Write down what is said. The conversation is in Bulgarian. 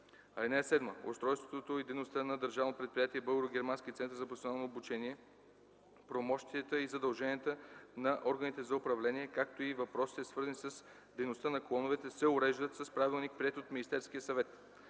равнище. (7) Устройството и дейността на Държавно предприятие „Българо-германски център за професионално обучение”, правомощията и задълженията на органите за управление, както и въпросите, свързани с дейността на клоновете, се уреждат с правилник, приет от Министерския съвет.